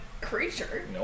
creature